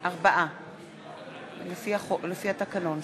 מצביע ענת ברקו,